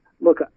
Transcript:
look